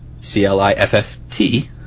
C-L-I-F-F-T